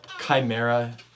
Chimera